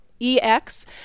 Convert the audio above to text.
EX